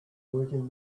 working